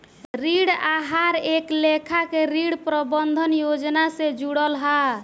ऋण आहार एक लेखा के ऋण प्रबंधन योजना से जुड़ल हा